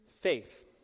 faith